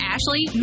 Ashley